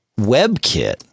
webkit